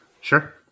Sure